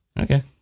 Okay